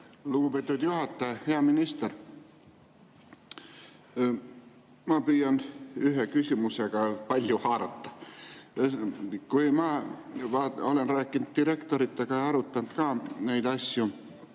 Lugupeetud juhataja! Hea minister! Ma püüan ühe küsimusega palju haarata. Kui ma olen rääkinud direktoritega, arutanud neid asju,